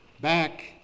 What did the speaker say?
back